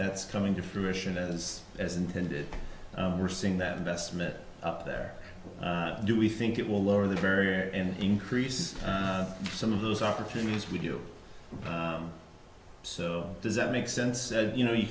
that's coming to fruition as as intended we're seeing that investment up there do we think it will lower the barrier and increase some of those opportunities we do so does that make sense you know you